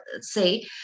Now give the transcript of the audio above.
say